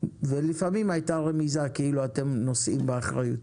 ולפעמים הייתה רמיזה כאילו אתם נושאים באחריות.